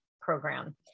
program